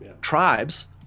Tribes